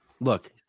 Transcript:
Look